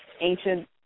ancient